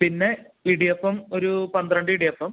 പിന്നെ ഇടിയപ്പം ഒരു പന്ത്രണ്ട് ഇടിയപ്പം